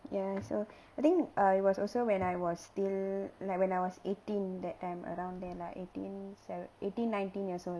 ya I also I think I was also when I was still like when I was eighteen that time around there like eighteen seven~ eighteen nineteen years old